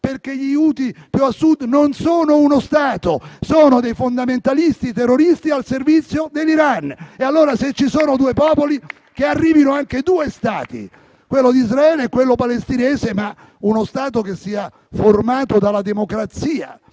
perché gli Houthi più a Sud non sono uno Stato, sono dei fondamentalisti terroristi al servizio dell'Iran. E allora, se ci sono due popoli, che arrivino anche due Stati, quello di Israele e quello palestinese, che sia formato dalla democrazia